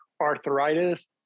Arthritis